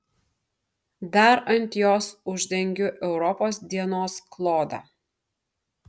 dar ant jos uždengiu europos dienos klodą